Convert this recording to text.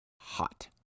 hot